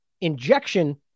injection